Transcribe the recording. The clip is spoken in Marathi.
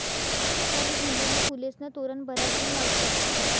दसराले झेंडूना फुलेस्नं तोरण बराच जण लावतस